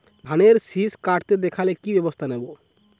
ধানের শিষ কাটতে দেখালে কি ব্যবস্থা নেব?